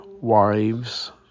wives